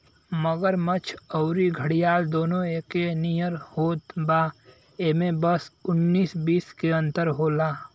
मगरमच्छ अउरी घड़ियाल दूनो एके नियर होत बा इमे बस उन्नीस बीस के अंतर होला